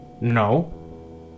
No